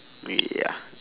ya